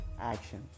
action